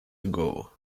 ago